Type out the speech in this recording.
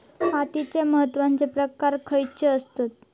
मातीचे महत्वाचे प्रकार खयचे आसत?